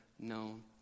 known